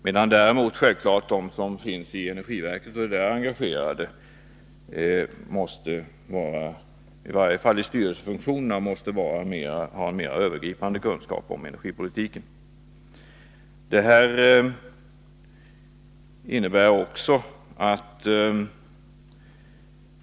De som är engagerade inom energiverket — i varje fall i styrelsefunktionerna — måste självfallet däremot ha en mera övergripande kunskap om energipolitiken.